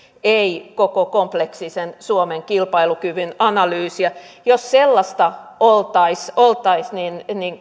ei koko kompleksisen suomen kilpailukyvyn analyysiä jos sellaisesta oltaisiin oltaisiin